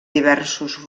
diversos